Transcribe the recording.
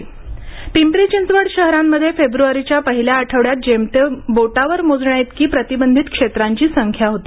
Pimpri Chinchwad corona Pimpri Chinchwad शहरांमध्ये फेब्रुवारीच्या पहिल्या आठवड्यात जेमतेम बोटावर मोजण्याइतकी प्रतिबंधित क्षेत्रांची संख्या होती